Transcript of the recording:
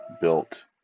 built